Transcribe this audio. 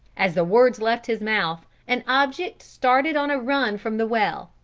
as the words left his mouth, an object started on a run from the well,